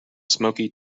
smoky